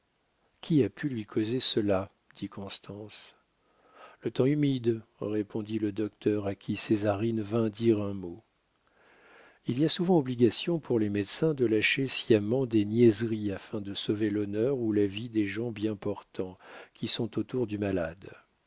qui a pu lui causer cela dit constance le temps humide répondit le docteur à qui césarine vint dire un mot il y a souvent obligation pour les médecins de lâcher sciemment des niaiseries afin de sauver l'honneur ou la vie des gens bien portants qui sont autour du malade